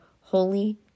holy